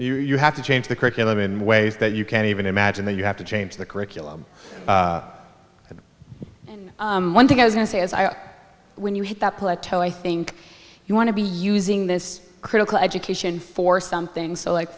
it's you have to change the curriculum in ways that you can't even imagine that you have to change the curriculum but one thing as i say as i when you hit that plateau i think you want to be using this critical education for something so like